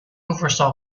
oversaw